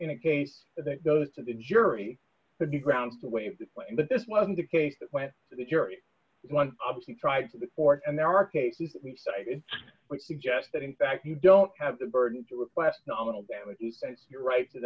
in a case that goes to the jury would be grounds to waive but this wasn't the case that went to the jury one of the tribes of the court and there are cases you cited which suggest that in fact you don't have the burden to request nominal damage your right to